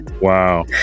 Wow